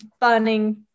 burning